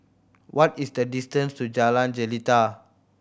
what is the distance to Jalan Jelita